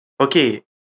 Okay